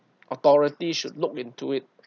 authorities should look into it